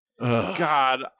God